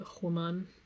woman